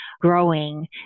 growing